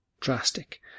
drastic